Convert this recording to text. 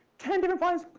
ten different kinds,